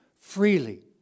freely